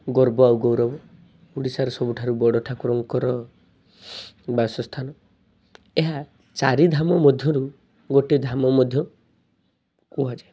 ଗର୍ବ ଆଉ ଗୌରବ ଓଡ଼ିଶାର ସବୁଠାରୁ ବଡ଼ ଠାକୁରଙ୍କର ବାସସ୍ଥାନ ଏହା ଚାରି ଧାମ ମଧ୍ୟରୁ ଗୋଟେ ଧାମ ମଧ୍ୟ କୁହାଯାଏ